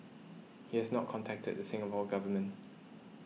he has not contacted the Singapore Government